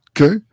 Okay